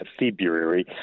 February